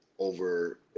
over